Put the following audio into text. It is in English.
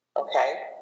Okay